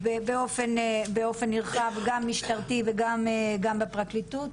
באופן נרחב גם משטרתי וגם בפרקליטות,